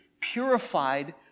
purified